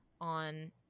on